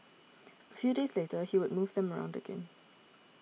a few days later he would move them around again